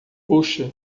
puxa